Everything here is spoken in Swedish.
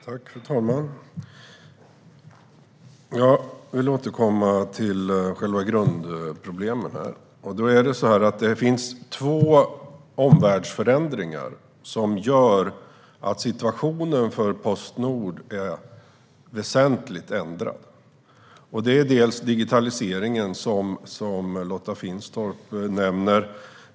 Fru talman! Jag vill återkomma till själva grundproblemet. Det finns två omvärldsförändringar som gör att situationen för Postnord är väsentligt ändrad. Det gäller bland annat digitaliseringen, som Lotta Finstorp nämner.